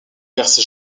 perce